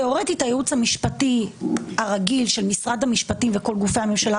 תיאורטית הייעוץ המשפטי הרגיל של משרד המשפטים וכל גופי הממשלה,